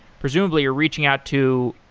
presumably you're reaching out to,